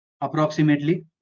approximately